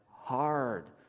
hard